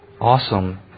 awesome